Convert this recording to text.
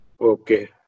okay